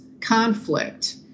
conflict